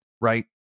right